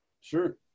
Sure